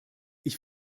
ich